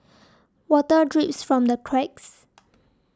water drips from the cracks